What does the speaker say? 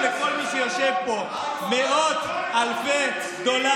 לי או לכל מי שיושב פה מאות אלפי דולרים,